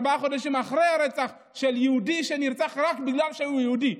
ארבעה חודשים אחרי הרצח של יהודי שנרצח רק בגלל שהוא יהודי,